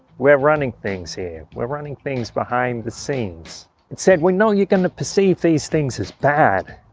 we're running things here, we're running things behind the scenes and said we know you're gonna perceive these things as bad,